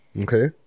Okay